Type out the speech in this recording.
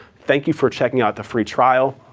thank you for checking out the free trial.